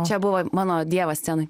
čia buvo mano dievas scenoj